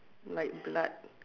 like blood